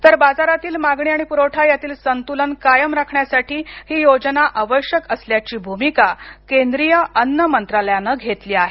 तर बाजारातील मागणी आणि पुरवठा यातील संतुलन कायम राखण्यासाठीही योजना आवश्यक असल्याची भूमिका केंद्रीय अन्न मंत्रालयानं घेतली आहे